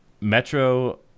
Metro